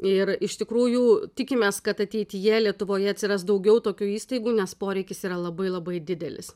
ir iš tikrųjų tikimės kad ateityje lietuvoje atsiras daugiau tokių įstaigų nes poreikis yra labai labai didelis